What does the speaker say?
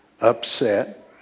upset